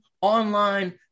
online